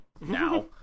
now